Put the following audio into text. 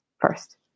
first